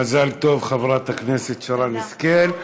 מזל טוב, חברת הכנסת שרן השכל.